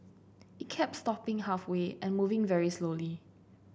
it kept stopping halfway and moving very slowly